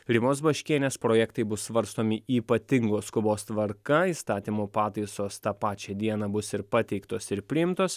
rimos baškienės projektai bus svarstomi ypatingos skubos tvarka įstatymų pataisos tą pačią dieną bus ir pateiktos ir priimtos